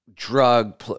drug